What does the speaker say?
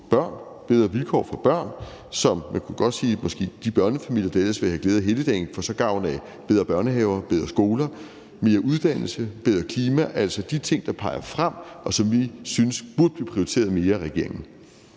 børn, bedre vilkår for børn. Så man kan måske godt sige, at de børnefamilier, der ellers ville have glæde af helligdagen, så får gavn af bedre børnehaver, bedre skoler, mere uddannelse, bedre klima – altså de ting, der peger fremad, og som vi synes burde blive prioriteret højere af regeringen.